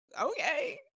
okay